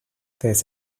this